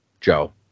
Joe